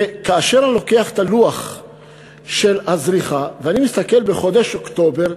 וכאשר הוא לוקח את הלוח של הזריחה ואני מסתכל על חודש אוקטובר,